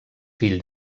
fill